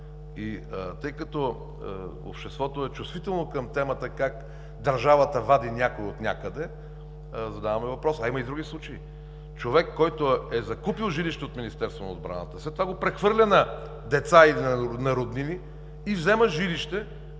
Тъй като обществото е чувствително към темата как държавата вади някой от някъде, задаваме въпроса. А има и други случаи – човек, който е закупил жилище от Министерство на отбраната, след това го прехвърля на деца или на роднини и взема жилище,